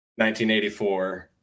1984